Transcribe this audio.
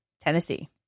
Tennessee